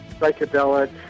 psychedelic